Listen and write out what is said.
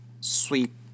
sweep